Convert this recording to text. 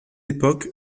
époque